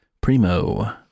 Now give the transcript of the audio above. primo